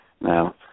Now